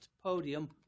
podium